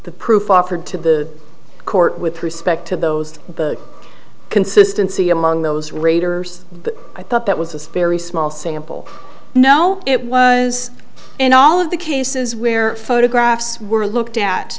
the proof offered to the court with respect to those consistency among those readers but i thought that was a very small sample no it was in all of the cases where photographs were looked at